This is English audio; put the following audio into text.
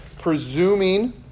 presuming